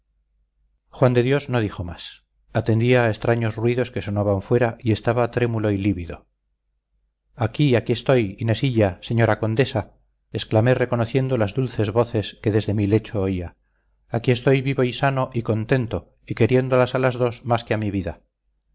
juan de dios no dijo más atendía a extraños ruidos que sonaban fuera y estaba trémulo y lívido aquí aquí estoy inesilla señora condesa exclamé reconociendo las dulces voces que desde mi lecho oía aquí estoy vivo y sano y contento y queriéndolas a las dos más que a mi vida